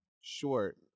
short